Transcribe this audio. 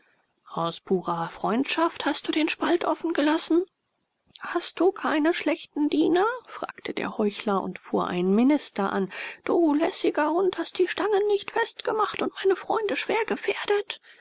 aus purer freundschaft hast du den spalt offen gelassen hast du keine schlechten diener fragte der heuchler und fuhr einen minister an du lässiger hund hast die stangen nicht festgemacht und meine freunde schwer gefährdet